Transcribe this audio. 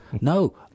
No